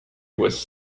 was